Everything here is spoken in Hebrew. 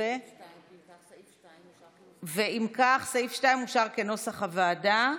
אם כך, סעיף 2 אושר כנוסח הוועדה.